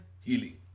healing